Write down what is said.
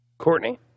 Courtney